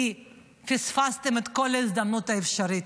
כי פספסתם כל הזדמנות אפשרית.